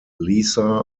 lisa